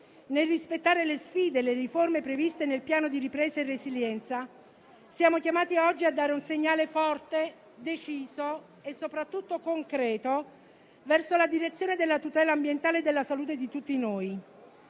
nel rispettare le sfide e le riforme previste nel Piano nazionale di ripresa e resilienza, siamo chiamati oggi a dare un segnale forte, deciso e soprattutto concreto verso la direzione della tutela ambientale e della salute di tutti noi.